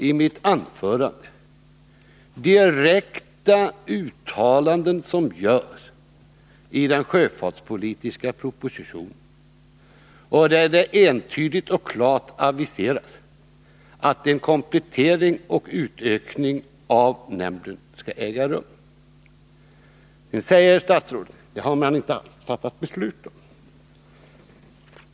I mitt anförande läste jag upp direkta uttalanden som görs i den sjöfartspolitiska propositionen och där det entydigt och klart aviseras att en komplettering och utökning av nämnden skall äga rum. Nu säger herr statsrådet att detta har man inte fattat beslut om.